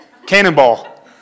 Cannonball